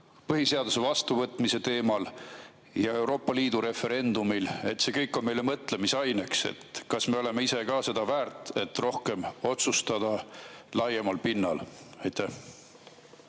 põhiseaduse vastuvõtmise teemal ja Euroopa Liidu referendumil. See kõik on meile mõtlemisaineks, kas me oleme ise ka seda väärt, et rohkem otsustada laiemal pinnal. Aitäh!